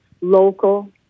Local